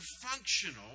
functional